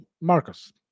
Marcus